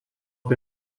pe